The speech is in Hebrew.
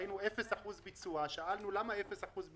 ראינו אפס אחוז ביצוע ושאלנו למה זה כך,